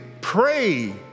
pray